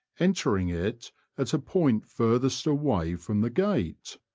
entering it at a point furthest away from the gate.